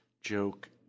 joke